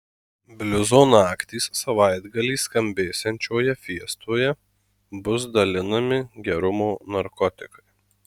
bliuzo naktys savaitgalį skambėsiančioje fiestoje bus dalinami gerumo narkotikai